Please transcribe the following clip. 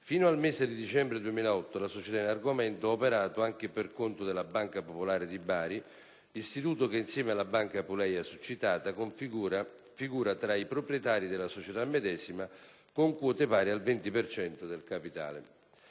Fino al mese di dicembre 2008 la società in argomento ha operato anche per conto della Banca popolare di Bari, istituto che, insieme alla Banca Apuleia su citata, figura tra i proprietari della società medesima, con quote pari al 20 per cento